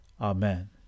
Amen